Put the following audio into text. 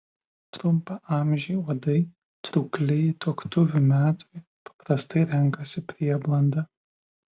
trumpaamžiai uodai trūkliai tuoktuvių metui paprastai renkasi prieblandą